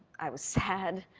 i was sad.